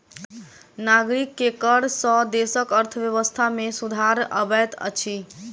नागरिक के कर सॅ देसक अर्थव्यवस्था में सुधार अबैत अछि